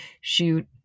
shoot